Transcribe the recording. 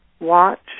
watch